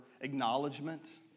acknowledgement